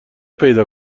پیدا